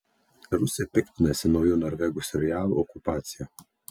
rusai piktinasi nauju norvegų serialu okupacija